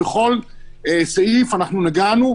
ובכל סעיף נגענו,